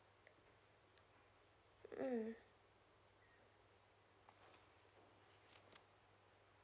hmm